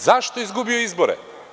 Zašto je izgubio izbore?